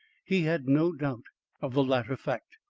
he had no doubt of the latter fact.